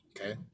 Okay